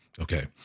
Okay